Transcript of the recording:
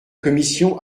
commission